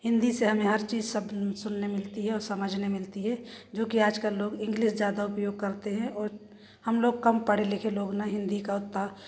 हिंदी से हमें हर चीज शब्द सुनने मिलती है और समझने मिलती है जो कि आजकल लोग इंग्लिश ज़्यादा उपयोग करते हैं और हम लोग कम पढ़े लिखे लोग ना हिंदी का उत्तर